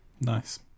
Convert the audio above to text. nice